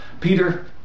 Peter